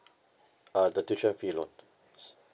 uh the tuition fee loans